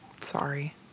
sorry